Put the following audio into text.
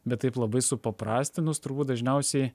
bet taip labai supaprastinus turbūt dažniausiai